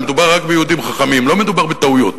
מדובר רק ביהודים חכמים, לא מדובר בטעויות.